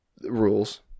Rules